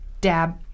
dab